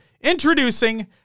Introducing